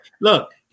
Look